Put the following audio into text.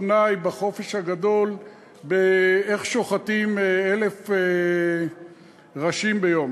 הפנאי בחופש הגדול איך שוחטים 1,000 ראשים ביום,